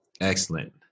Excellent